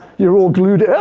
you're all glued oh,